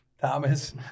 thomas